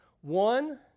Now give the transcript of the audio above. One